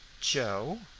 joe?